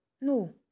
No